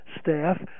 staff